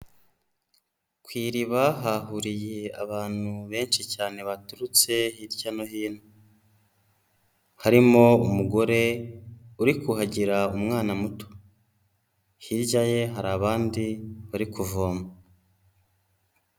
Ku iriba hahuriye abantu benshi cyane baturutse hirya no hino, harimo umugore uri kuhagira umwana muto, hirya ye hari abandi bari kuvoma.